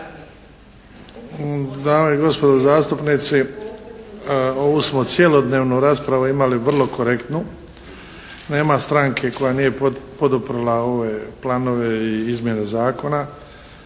Dame i gospodo zastupnici, ovu smo cjelodnevnu raspravu imali vrlo korektnu. Nema stranke koja nije poduprla ove planove i izmjene zakona.